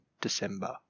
December